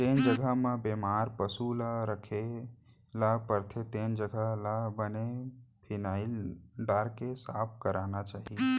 जेन जघा म बेमार पसु ल राखे ल परथे तेन जघा ल बने फिनाइल डारके सफा करना चाही